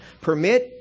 Permit